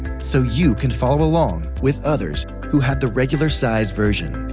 so you can follow along with others who have the regular-size version.